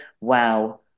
wow